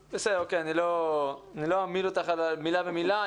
לא אעמיד אותך על כל מילה ומילה,